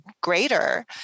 greater